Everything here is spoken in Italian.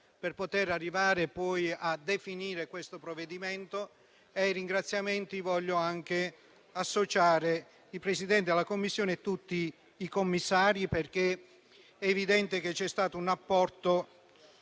per poter arrivare poi a definire questo provvedimento. Ai ringraziamenti voglio anche associare il Presidente della Commissione e tutti i commissari, perché è evidente che c'è stato un apporto